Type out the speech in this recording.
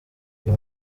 uyu